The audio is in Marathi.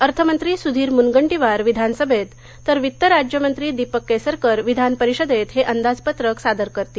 अर्थमंत्री सुधीर मुनगंटीवार विधानसभेत तर वित्त राज्यमंत्री दीपक केसरकर विधान परिषदेत हे अंदाजपत्रक सादर करतील